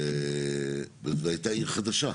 וזו הייתה עיר חדשה.